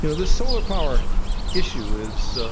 you know the solar power issue is